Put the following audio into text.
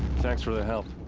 thanks for the help.